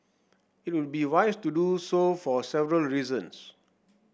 it would be wise to do so for several reasons